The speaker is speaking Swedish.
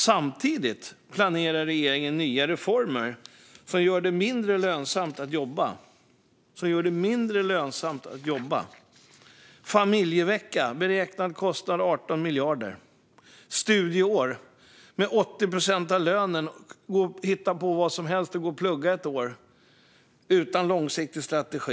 Samtidigt planerar regeringen nya reformer som gör det mindre lönsamt att jobba, till exempel en familjevecka till en beräknad kostnad av 18 miljarder och ett studieår med 80 procent av lönen då man kan hitta på vad som helst och plugga ett år utan en långsiktig strategi.